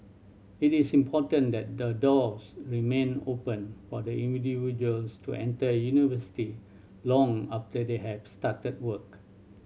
it is important that the doors remain open for individuals to enter university long after they have started work